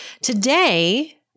Today